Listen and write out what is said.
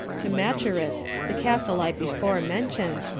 to macherus, the castle i before mentioned,